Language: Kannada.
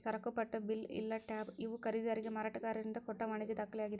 ಸರಕುಪಟ್ಟ ಬಿಲ್ ಇಲ್ಲಾ ಟ್ಯಾಬ್ ಇವು ಖರೇದಿದಾರಿಗೆ ಮಾರಾಟಗಾರರಿಂದ ಕೊಟ್ಟ ವಾಣಿಜ್ಯ ದಾಖಲೆಯಾಗಿದೆ